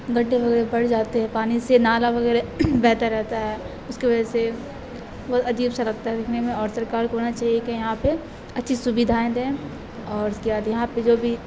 گڑے وغیرہ بڑھ جاتے ہیں پانی سے نالا وغیرہ بہتا رہتا ہے اس کی وجہ سے بہت عجیب سا لگتا ہے دکھنے میں اور سرکار کو نا چاہیے کہ یہاں پہ اچھی سویدھائیں دیں اور اس کے بعد یہاں پہ جو بھی